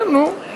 כן, נו.